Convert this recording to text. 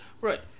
Right